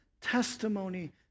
testimony